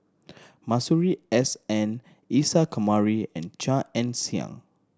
Masuri S N Isa Kamari and Chia Ann Siang